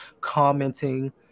commenting